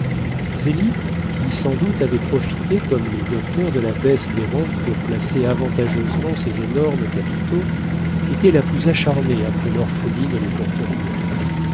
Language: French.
qui sans doute avait profité comme le docteur de la baisse des rentes pour placer avantageusement ses énormes capitaux était la plus acharnée après l'orpheline et les portenduère